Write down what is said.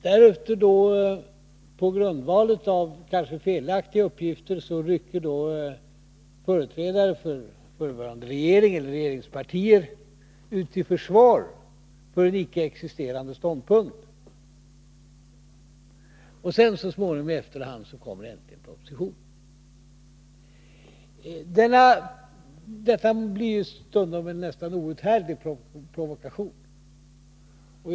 Därefter — på grundval av kanske felaktiga uppgifter — rycker företrädare för regeringen eller regeringspartier ut till försvar för en icke existerande ståndpunkt. Sedan kommer så småningom, i efterhand, äntligen en proposition. Detta blir stundom en nästan outhärdlig provokation.